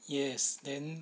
yes then